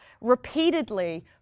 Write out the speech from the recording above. repeatedly